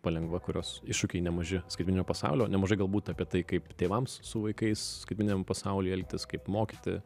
palengva kurios iššūkiai nemaži skaitmeninio pasaulio nemažai galbūt apie tai kaip tėvams su vaikais skaitmeniniam pasaulyje elgtis kaip mokyti